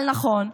אבל נכון,